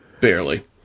Barely